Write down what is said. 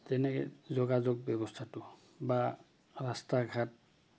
তেনেকে যোগাযোগ ব্যৱস্থাটো বা ৰাস্তা ঘাট